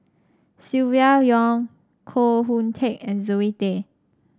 Silvia Yong Koh Hoon Teck and Zoe Tay